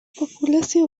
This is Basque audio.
populazio